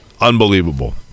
unbelievable